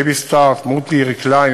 Babystart Multi-Recline,